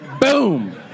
Boom